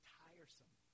tiresome